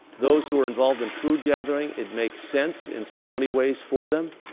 those who are involved in food gathering, it makes sense in so many ways for them.